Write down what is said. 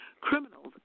criminals